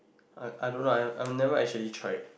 I I don't know I I never actually try it